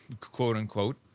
quote-unquote